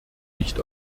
nicht